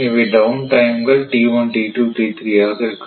இவை down time கள் t1 t2 t3 ஆக இருக்கும்